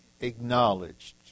acknowledged